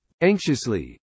Anxiously